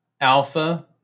alpha